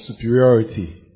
superiority